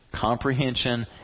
comprehension